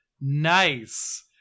Nice